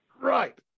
right